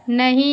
नहीं